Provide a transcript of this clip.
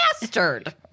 bastard